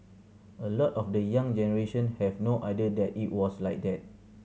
a lot of the young generation have no idea that it was like that